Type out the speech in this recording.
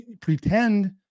pretend